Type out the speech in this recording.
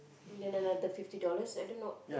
then another fifty dollars I don't know